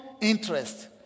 interest